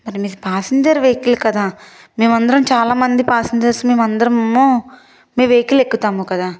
మరి మీది passenger vehicle కదా మేమందరం చాలా మంది పాసెంజర్స్ మేమందరమూ మీ వెహికలు ఎక్కుతాము కదా